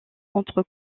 entre